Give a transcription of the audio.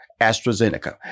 AstraZeneca